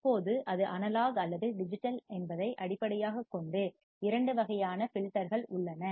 இப்போது இது அனலாக் அல்லது டிஜிட்டல் என்பதை அடிப்படையாகக் கொண்டு இரண்டு வகையான ஃபில்டர்கள் உள்ளன